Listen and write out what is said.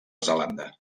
zelanda